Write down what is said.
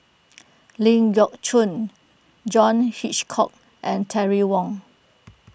Ling Geok Choon John Hitchcock and Terry Wong